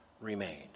remained